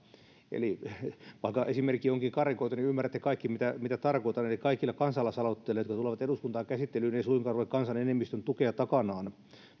vaikka esimerkki onkin karrikoitu niin ymmärrätte kaikki mitä mitä tarkoitan eli kaikilla kansalaisaloitteilla jotka tulevat eduskuntaan käsittelyyn ei suinkaan ole kansan enemmistön tukea takanaan